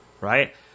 right